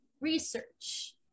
research